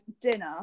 dinner